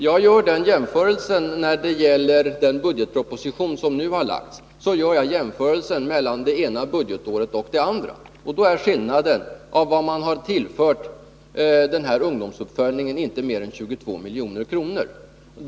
Herr talman! När det gäller den budgetproposition som nu har framlagts gör jag jämförelser mellan det ena budgetåret och det andra. Då blir skillnaden mellan beloppen till ungdomsuppföljningen inte mer än 22 milj.kr.